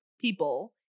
people